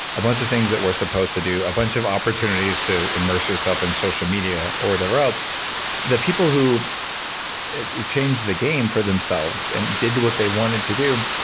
a bunch of things that we're supposed to do. a bunch of opportunities to immerse ourself in social media or whatever else that people who it it changed the game for themselves and did what they wanted to do.